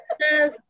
Yes